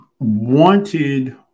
wanted